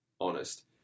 honest